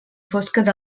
fosques